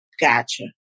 Gotcha